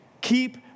keep